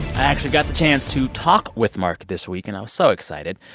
actually got the chance to talk with mark this week, and i was so excited.